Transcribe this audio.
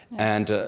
and,